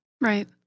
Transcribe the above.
Right